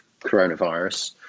coronavirus